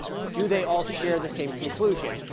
do they all share the same conclusion?